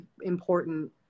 important